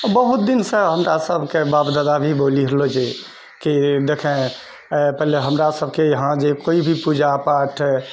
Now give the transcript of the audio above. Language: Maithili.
बहुत दिनसँ हमरासबके बाप दादा भी बोली रहलो छै कि देखए पहिले हमरासबके यहाँ जे कोइभी पूजा पाठ